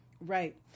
Right